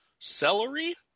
Celery